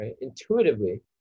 Intuitively